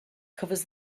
covers